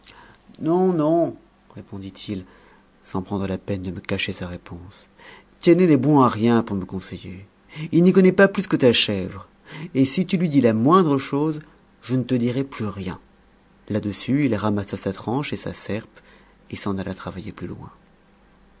non non répondit-il sans prendre la peine de me cacher sa réponse tiennet n'est bon à rien pour me conseiller il n'y connaît pas plus que ta chèvre et si tu lui dis la moindre chose je ne te dirai plus rien là-dessus il ramassa sa tranche et sa serpe et s'en alla travailler plus loin